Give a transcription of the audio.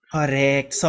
Correct